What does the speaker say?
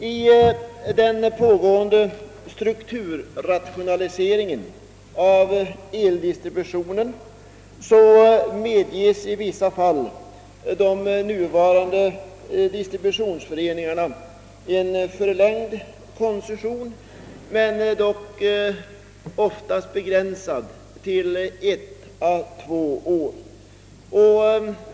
I den pågående strukturrationaliseringen av eldistributionen medges de nuvarande distributionsföreningarna i vissa fall förlängd koncession, som dock oftast är begränsad till ett å två år.